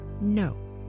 No